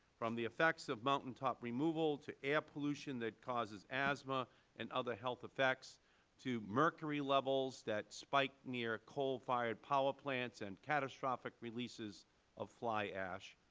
from the effects of mountaintop removal to air pollution that causes asthma and other health effects to mercury levels that spike near coal fired power plants and catastrophic releases of fly ash,